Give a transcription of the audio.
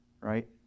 right